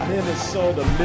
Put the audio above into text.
Minnesota